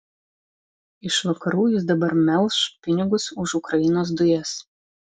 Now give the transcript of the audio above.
iš vakarų jis dabar melš pinigus už ukrainos dujas